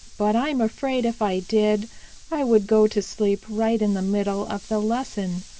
but i'm afraid if i did i would go to sleep right in the middle of the lesson.